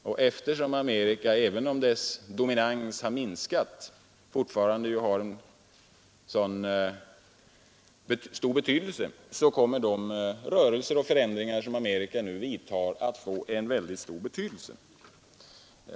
Och eftersom Amerika, även om dess dominans har minskat, fortfarande har en så stor betydelse så kommer de rörelser och förändringar som Amerika nu vidtar att få stor vikt.